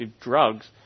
drugs